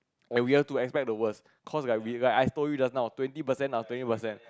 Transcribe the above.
and we'll expect the worst cause we I told you just now twenty percent or thirty percent